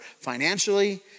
financially